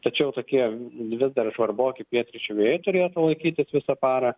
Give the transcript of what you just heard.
tačiau tokie vis dar žvarboki pietryčių vėjai turėtų laikytis visą parą